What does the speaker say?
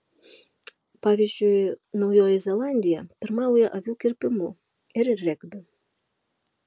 pavyzdžiui naujoji zelandija pirmauja avių kirpimu ir regbiu